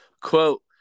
quote